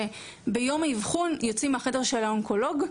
שם ביום האבחון יוצאים מחדר האונקולוג,